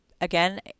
Again